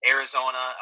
Arizona